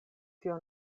tio